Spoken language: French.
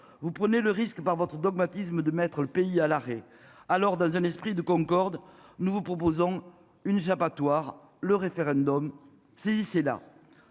Vous prenez le risque par votre dogmatisme de mettre le pays à l'arrêt. Alors dans un esprit de Concorde. Nous vous proposons une j'abattoirs le référendum si c'est là.